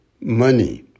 money